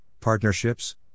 partnerships